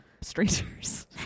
strangers